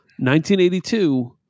1982